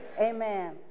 Amen